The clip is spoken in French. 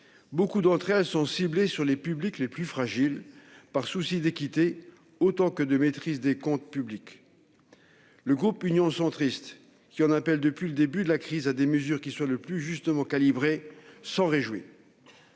Beaucoup d'entre elles sont ciblées sur les publics les plus fragiles, par souci d'équité autant que de maîtrise des comptes publics. Le groupe Union Centriste, qui en appelle depuis le début de la crise à des mesures qui soient le plus justement calibrées, s'en réjouit.